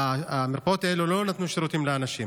כשהמרפאות האלה לא נתנו שירותים לאנשים.